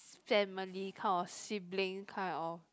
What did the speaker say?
family kind of sibling kind of